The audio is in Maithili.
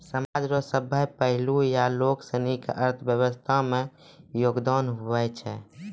समाज रो सभ्भे पहलू या लोगसनी के अर्थव्यवस्था मे योगदान हुवै छै